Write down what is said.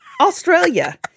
Australia